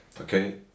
okay